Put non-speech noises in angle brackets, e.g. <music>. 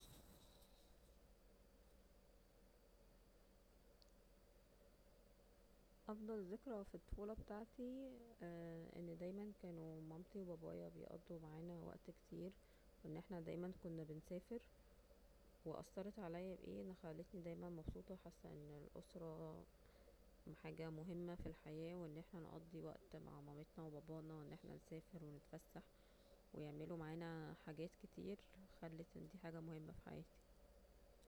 افضل ذكرى في الطفولة بتاعتي <hesitation> أن دايما كانو مامتي وبابايا بيقضو معانا وقت كتير وان احنا دايما كنا بنسافر وأثرت عليا ب اي ان خلتني دائما مبسوطة وحاسة أن الأسرة حاجة مهمة في الحياة وأن احنا نقضي وقت مع مامتنا وبابانا وأن احنا نسافر ونتفسح بيعملو معانا حاجات كتير خلت أن دي حاجة مهمة في حياتي